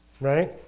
right